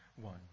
one